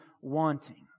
wanting